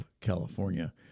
California